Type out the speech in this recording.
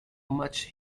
much